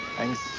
thanks.